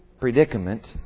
predicament